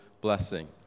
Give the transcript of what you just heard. blessing